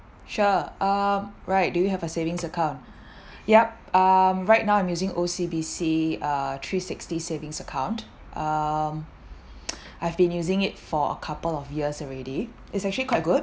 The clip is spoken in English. sure uh right do you have a savings account yup um right now I'm using O_C_B_C uh three sixty savings account um I've been using it for a couple of years already it's actually quite good